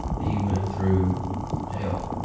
he went through hell.